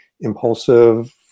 impulsive